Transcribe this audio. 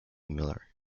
miller